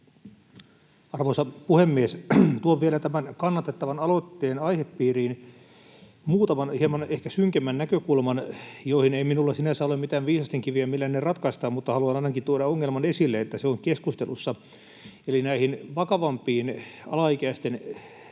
Arvoisa puhemies! Tuon vielä tämän kannatettavan aloitteen aihepiiriin muutaman ehkä hieman synkemmän näkökulman, joihin minulla ei sinänsä ole mitään viisastenkiviä, millä ne ratkaistaan, mutta haluan ainakin tuoda ongelman esille, niin että se on keskustelussa. Eli näihin vakavampiin alaikäisten